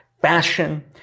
fashion